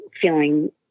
feeling